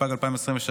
התשפ"ג 2023,